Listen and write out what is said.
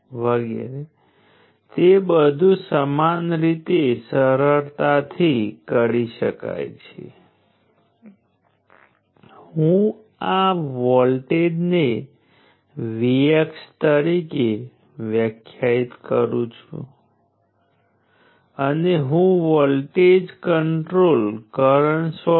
હવે હું અહીં સામાન્યીકરણ છે તેથી ડાયોડ સાથે સર્કિટનું વિશ્લેષણ કરવું મુશ્કેલ છે પરંતુ એક હકીકત ચોક્કસ છે કે લાક્ષણિકતાઓ ફક્ત પ્રથમ અને ત્રીજા ક્વોડ્રન્ટમાં જ રહેલી હોવાથી તે પાવરને પણ શોષી લે છે